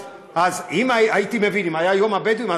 אם היה יום הבדואים,